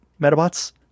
metabots